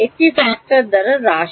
একটি ফ্যাক্টর দ্বারা হ্রাস